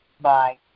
Bye